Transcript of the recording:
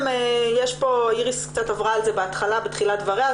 איריס עברה על זה בתחילת דבריה,